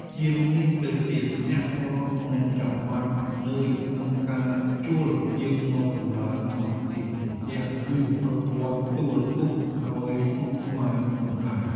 ជាងនេះទៅទៀតអ្នកក៏មិនចាំបាច់ហត់នឿយក្នុងការជួលជាងមកដំឡើងម៉ាស៊ីនត្រជាក់ ឬប្រព័ន្ធទូរទស្សន៍ឱ្យស្មុគស្មាញនោះដែរ។